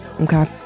Okay